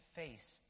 face